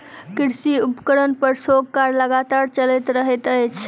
कृषि उपकरण पर शोध कार्य लगातार चलैत रहैत छै